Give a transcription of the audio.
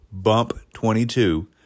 BUMP22